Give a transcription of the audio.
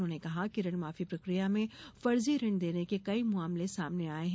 उन्होंने कहा कि ऋण माफी प्रक्रिया में फर्जी ऋण देने के कई मामले सामने आये हैं